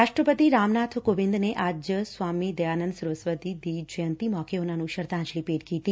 ਰਾਸਟਰਪਤੀ ਰਾਮ ਨਾਬ ਕੋਵਿੰਦ ਨੇ ਅੱਜ ਸਵਾਮੀ ਦਇਆਨੰਦ ਸਰਸਵਤੀ ਦੀ ਜੈਯੰਤੀ ਮੋਕੇ ਉਨ੍ਨਾਂ ਨੂੰ ਸ਼ਰਧਾਂਜਲੀ ਭੇ'ਟ ਕੀਤੀ